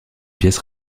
pièce